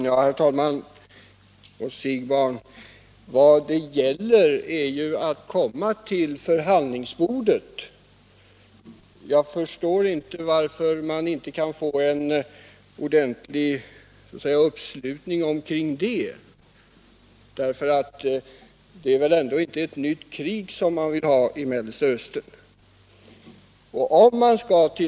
Herr talman! Till herr Siegbahn vill jag säga att vad det gäller är ju att komma till förhandlingsbordet. Jag förstår inte varför man inte kan få uppslutning kring den saken, för det är väl ändå inte ett nytt krig i Mellersta Östern som man vill ha.